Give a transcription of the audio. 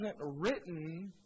written